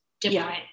different